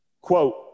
Quote